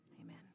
Amen